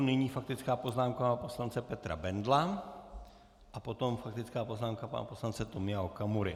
Nyní faktická poznámka pana poslance Petra Bendla a potom faktická poznámka pana poslance Tomio Okamury.